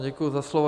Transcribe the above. Děkuji za slovo.